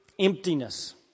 emptiness